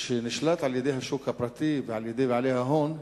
שנשלט על-ידי השוק הפרטי ועל-ידי בעלי ההון,